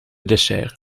dessert